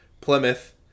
Plymouth